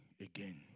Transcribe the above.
again